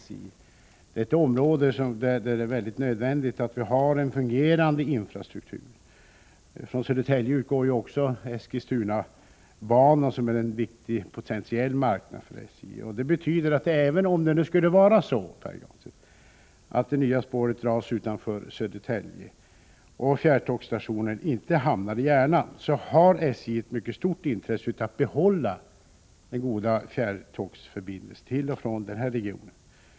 Det är ett område där det är nödvändigt att ha en fungerande infrastruktur. Från Södertälje utgår ju också Eskilstunabanan, som innebär en viktig potentiell marknad för SJ. Detta betyder att även om det nu skulle vara så att det nya spåret dras utanför Södertälje och fjärrtågsstationen inte hamnar i Järna, så har SJ ett mycket starkt intresse av att behålla den goda fjärrtågsförbindelsen till och från denna region.